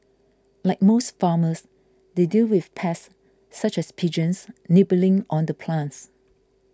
like most farmers they deal with pests such as pigeons nibbling on the plants